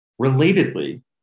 Relatedly